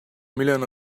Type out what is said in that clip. million